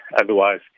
Otherwise